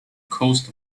coast